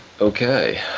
okay